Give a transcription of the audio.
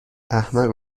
احمق